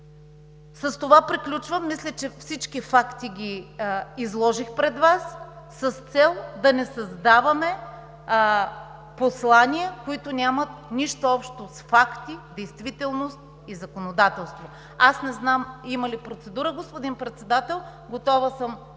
С това приключвам. Мисля, че всички факти изложих пред Вас с цел да не създаваме послания, които нямат нищо общо с факти, действителност и законодателство. Аз не знам има ли процедура, господин Председател, готова съм